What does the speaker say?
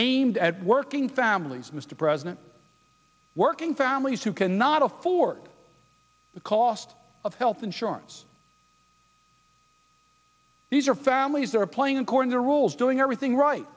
aimed at working families mr president working families who cannot afford the cost of health insurance these are families that are playing according to rules doing everything right